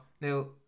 now